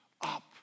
up